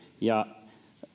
ja